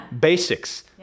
basics